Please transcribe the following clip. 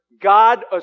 God